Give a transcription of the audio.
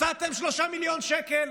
מצאתם 3 מיליון שקל